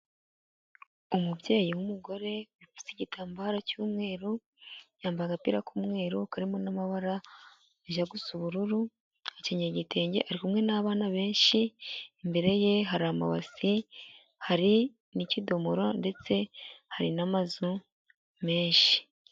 Umubyeyi w'umugore ufite igitambaro cy'umweru yambaye agapira k'umweru karimo n'amabara ajya gusa ubururu akenyeye igitenge ari kumwe n'abana benshi imbere ye hari amabasi hari n'ikidomoro ndetse hari n'amazu menshi.